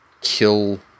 kill